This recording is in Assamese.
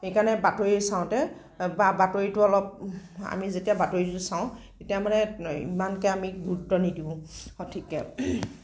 সেইকাৰণে বাতৰি চাওঁতে বা বাতৰিটো অলপ আমি যেতিয়া বাতৰিটো চাওঁ তেতিয়া মানে ইমানকৈ আমি গুৰুত্ব নিদিওঁ সঠিককৈ